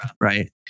right